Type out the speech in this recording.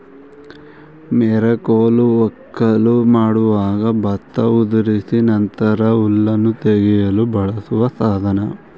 ಮೆರಕೋಲು ವಕ್ಕಲು ಮಾಡುವಾಗ ಭತ್ತ ಉದುರಿದ ನಂತರ ಹುಲ್ಲನ್ನು ತೆಗೆಯಲು ಬಳಸೋ ಸಾಧನ